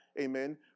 Amen